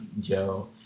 Joe